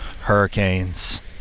hurricanes